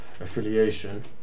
affiliation